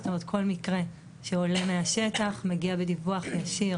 זאת אומרת כל מקרה שעולה מהשטח מגיע בדיווח ישיר